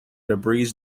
debris